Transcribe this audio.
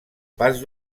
pas